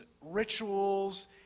rituals